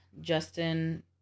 Justin